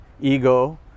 ego